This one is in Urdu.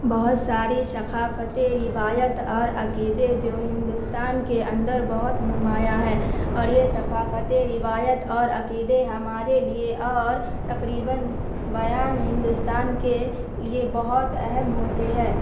بہت ساری ثقافتیں روایت اور عقیدے جو ہندوستان کے اندر بہت نمایاں ہے اور یہ ثقافتیں روایت اور عقیدے ہمارے لیے اور تقریباً بیان ہندوستان کے لیے بہت اہم ہوتے ہیں